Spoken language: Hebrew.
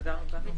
תודה רבה.